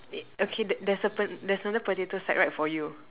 okay there's a there's another potato sack right for you